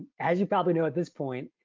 as you probably know at this point,